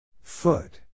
Foot